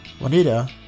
Juanita